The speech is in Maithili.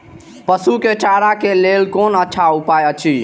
पशु के चारा के लेल कोन अच्छा उपाय अछि?